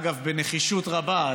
אגב, בנחישות רבה.